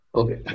okay